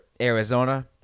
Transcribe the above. Arizona